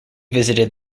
visited